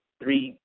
three